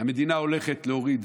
המדינה הולכת להוריד